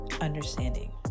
understanding